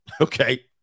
Okay